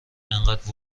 انقد